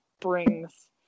brings